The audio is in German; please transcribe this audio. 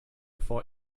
vor